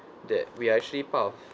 that we are actually part of